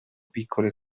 piccole